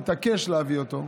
הוא התעקש להביא אותו,